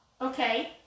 Okay